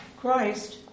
Christ